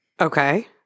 Okay